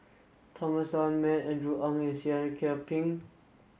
Thomas Dunman Andrew Ang and Seah Kian Peng